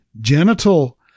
genital